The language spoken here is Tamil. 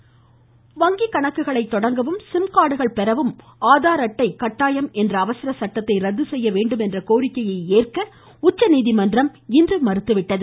ஆதார் வங்கி கணக்குகள் தொடங்குவதற்கும் சிம் கார்டுகள் பெறுவதற்கும் ஆதார் அட்டை செல்லுபடியாகும் என்ற அவசர சட்டத்தை ரத்து செய்ய வேண்டும் என்ற கோரிக்கையை ஏற்க உச்சநீதிமன்றம் இன்று மறுத்து விட்டது